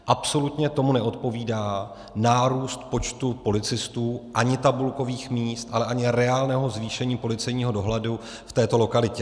Absolutně tomu neodpovídá nárůst počtu policistů ani tabulkových míst, ale ani reálného zvýšení policejního dohledu v této lokalitě.